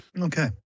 Okay